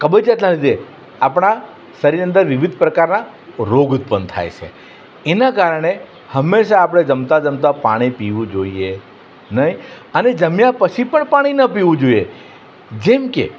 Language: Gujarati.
કબજિયાતના લીધે આપણા શરીરના અંદર વિવિધ પ્રકારના રોગ ઉત્પન્ન થાય છે એના કારણે હંમેશાં આપણે જમતાં જમતાં પાણી પીવું જોઈએ નહીં અને જમ્યા પછી પણ પાણી ન પીવું જોઈએ જેમકે